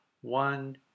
one